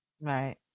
Right